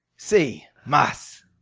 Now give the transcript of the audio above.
si, mas.